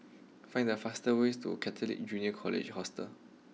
find the fastest way to Catholic Junior College Hostel